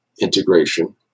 integration